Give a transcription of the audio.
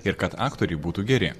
ir kad aktoriai būtų geri